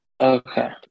Okay